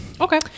Okay